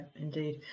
indeed